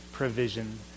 provision